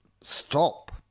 stop